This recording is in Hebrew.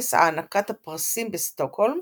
בטקס הענקת הפרסים בסטוקהולם,